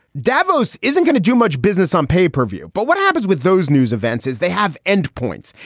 davos isn't gonna do much business on pay per view. but what happens with those news events is they have end points.